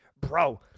bro